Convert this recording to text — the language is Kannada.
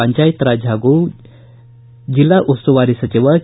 ಪಂಚಾಯತ್ರಾಜ್ ಹಾಗೂ ಜಲ್ಲಾ ಉಸ್ತುವಾರಿ ಸಚಿವ ಕೆ